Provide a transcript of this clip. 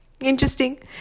Interesting